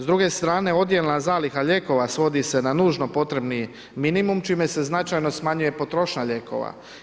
S druge strane odjelna zaliha lijekova svodi se na nužno potrebni minimum čime se značajno smanjuje potrošnja lijekova.